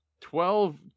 Twelve